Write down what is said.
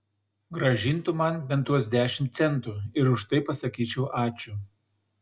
grąžintų man bent tuos dešimt centų ir už tai pasakyčiau ačiū